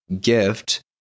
gift